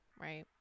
right